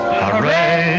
Hooray